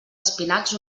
espinacs